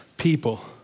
People